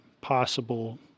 possible